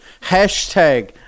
hashtag